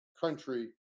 country